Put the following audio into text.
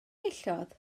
enillodd